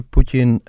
Putin